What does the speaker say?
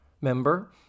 member